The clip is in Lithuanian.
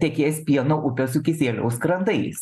tekės pieno upės su krantais